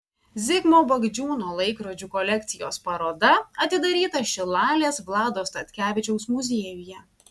zigmo bagdžiūno laikrodžių kolekcijos paroda atidaryta šilalės vlado statkevičiaus muziejuje